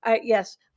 Yes